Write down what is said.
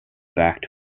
back